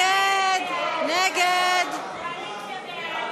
סעיף תקציבי 79,